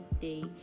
day